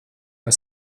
lai